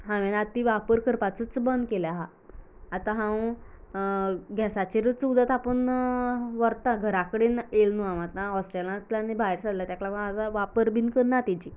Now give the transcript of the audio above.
हांवेन आतां ती वापर करपाचीच बंद केल्या आंतां हांव गेसांचेरच उदक तापोवन व्हरता घरां कडेन येयलां न्हूं हांव आता हॉस्टेलांतल्यान भायर सरलें तेन्ना तेका लागून वापर बीन करना तेची